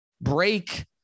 break